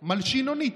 מלשינונית.